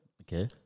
Okay